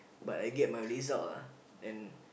but I get my result ah and